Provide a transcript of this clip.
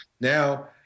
Now